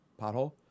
pothole